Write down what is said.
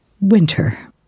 Winter